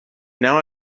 now